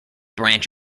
branch